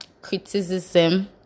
criticism